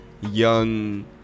young